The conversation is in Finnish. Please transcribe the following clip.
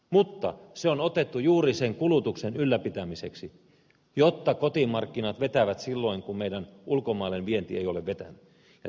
mutta se on otettu juuri sen kulutuksen ylläpitämiseksi jotta kotimarkkinat vetävät silloin kun meidän ulkomainen vienti ei ole vetänyt